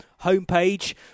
homepage